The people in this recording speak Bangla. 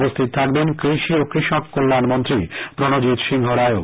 উপস্থিত থাকবেন কৃষি ও কৃষক কল্যাণ মন্ত্রী প্রণজিৎ সিংহ রায়ও